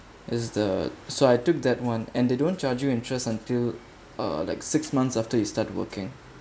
is the so I took that one and they don't charge you interest until uh like six months after you start working